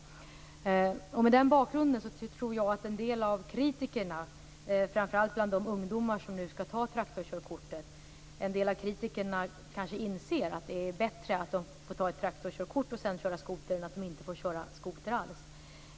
Mot denna bakgrund tror jag att en del av kritikerna, framför allt bland de ungdomar som nu skall ta traktorkörkort, inser att det är bättre att få ta ett traktorkörkort för att sedan köra skoter än att inte alls får köra skoter.